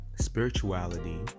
spirituality